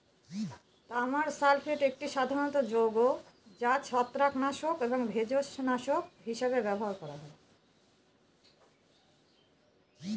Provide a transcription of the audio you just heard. তামার সালফেট একটি সাধারণ যৌগ যা ছত্রাকনাশক এবং ভেষজনাশক হিসাবে ব্যবহার করা হয়